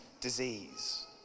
disease